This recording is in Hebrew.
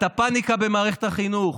את הפניקה במערכת החינוך,